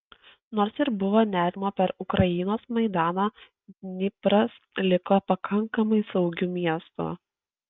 nors ir buvo nerimo per ukrainos maidaną dnipras liko pakankamai saugiu miestu